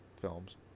films